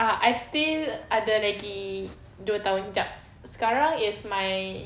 uh I still ada lagi dua tahun jap sekarang is my